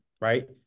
right